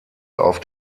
auf